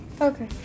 okay